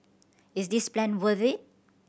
is this plan worth it